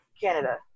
Canada